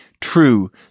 true